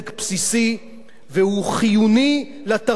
והוא חיוני לתרבות ולספרות שלנו.